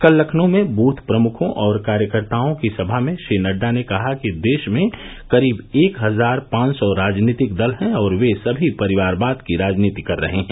कल लखनऊ में बुथ प्रमुखों और कार्यकर्ताओं की सभा में श्री नड्डा ने कहा कि देश में करीब एक हजार पांच सौ राजनीतिक दल हैं और वे सभी परिवारवाद की राजनीति कर रहे हैं